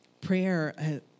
prayer